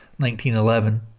1911